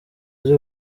uzi